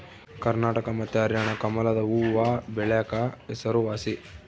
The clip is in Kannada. ಕರ್ನಾಟಕ ಮತ್ತೆ ಹರ್ಯಾಣ ಕಮಲದು ಹೂವ್ವಬೆಳೆಕ ಹೆಸರುವಾಸಿ